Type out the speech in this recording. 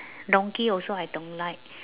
donkey also I don't like